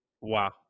Wow